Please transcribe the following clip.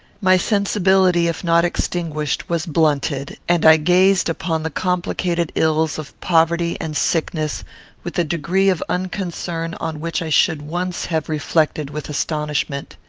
my sensibility, if not extinguished, was blunted and i gazed upon the complicated ills of poverty and sickness with a degree of unconcern on which i should once have reflected with astonishment.